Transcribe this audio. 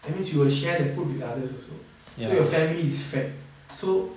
that means you will share the food with others also so your family is fed so